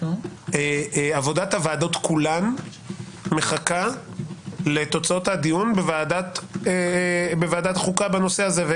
עבודת הוועדות כולן מחכה לתוצאות הדיון בוועדת החוקה בנושא הזה.